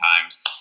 times